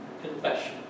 confession